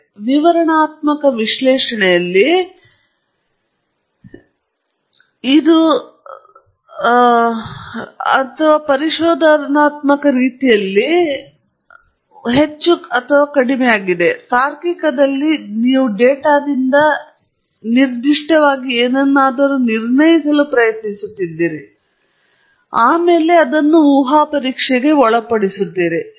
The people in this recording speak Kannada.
ಮತ್ತು ವಿವರಣಾತ್ಮಕ ವಿಶ್ಲೇಷಣೆಯಲ್ಲಿ ಮತ್ತೊಮ್ಮೆ ಇದು ಪರಿಶೋಧನಾತ್ಮಕ ರೀತಿಯಲ್ಲಿ ಹೆಚ್ಚು ಅಥವಾ ಕಡಿಮೆಯಾಗಿದೆ ತಾರ್ಕಿಕದಲ್ಲಿ ನೀವು ಡೇಟಾದಿಂದ ನಿರ್ದಿಷ್ಟವಾದ ಏನನ್ನಾದರೂ ನಿರ್ಣಯಿಸಲು ಪ್ರಯತ್ನಿಸುತ್ತಿದ್ದೀರಿ ಮತ್ತು ನೀವು ಅದನ್ನು ಊಹಾ ಪರೀಕ್ಷೆಗೆ ಒಳಪಡಿಸುತ್ತೀರಿ